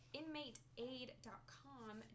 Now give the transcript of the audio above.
inmateaid.com